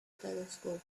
telescope